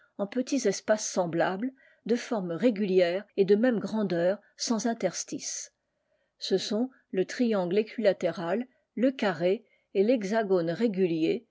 en petits espaces semblables de forme régulière et de même grandeur sans interstices ce sont le triangle équilatéx'al le carré et l'hexagone régulier